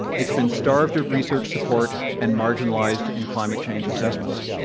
it's been starved of research support, and marginalized in climate change assessments,